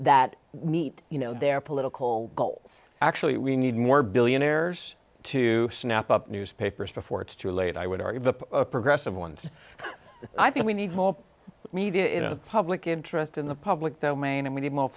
that meet you know their political goals actually we need more billionaires to snap up newspapers before it's too late i would argue the progressive ones i think we need more media public interest in the public domain and we need more